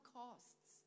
costs